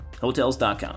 Hotels.com